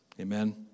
Amen